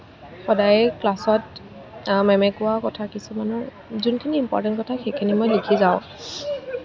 সদায় ক্লাছত মেমে কোৱা কথা কিছুমানৰ যোনখিনি ইম্প'ৰ্টেণ্ট কথা সেইখিনি মই লিখি যাওঁ